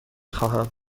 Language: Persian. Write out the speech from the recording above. خواهم